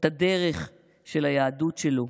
הדרך של היהדות שלו.